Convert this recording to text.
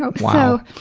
wow.